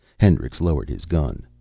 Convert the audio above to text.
hendricks lowered his gun.